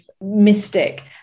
mystic